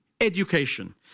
education